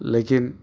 لیکن